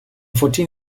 fourteen